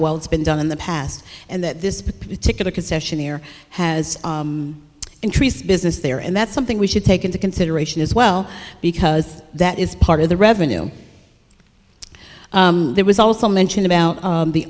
well it's been done in the past and that this particular concessionaire has increased business there and that's something we should take into consideration as well because that is part of the revenue there was also mention about